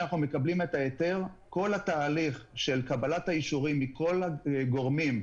שבו אנחנו בודקים את תהליך קבלת ההחלטות שהוביל לכל הרגולציה.